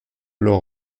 leur